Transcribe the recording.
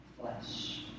flesh